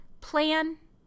plan